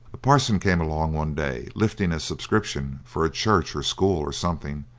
a parson came along one day lifting a subscription for a church, or school, or something.